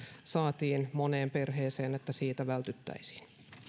saatiin moneen perheeseen vältyttäisiin